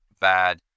bad